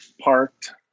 parked